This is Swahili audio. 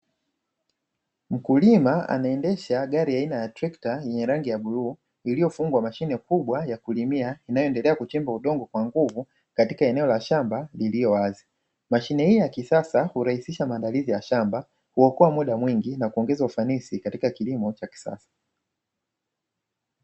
Mkulima anaendesha gari aina ya trekta yenye rangi ya bluu, iliyofungwa mashine kubwa ya kulimia inayoendelea kuchimba udongo kwa nguvu katika eneo la shamba lililowazi. Mashine hii ya kisasa hurahisisha maandalizi ya shamba, huokoa muda mwingi na kuongeza ufanisi katika kilimo cha kisasa.